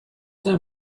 time